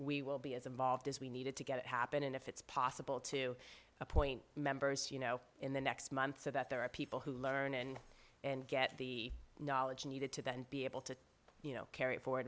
we will be as involved as we needed to get it happen and if it's possible to appoint members you know in the next month so that there are people who learn and and get the knowledge needed to then be able to you know carry it for